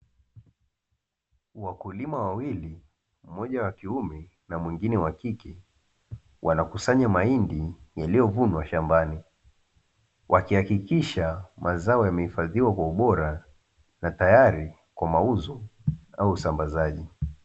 Wakulima wawili (mmoja wa kiume na mwingine wa kike) wanakusanya mahindi yaliyovunwa shambani, wakihakikisha mazao yanahifadhiwa kwa ubora na tayari kwa mauzo na usambazaji.